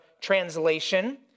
translation